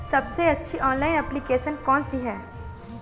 सबसे अच्छी online application कौन सी है?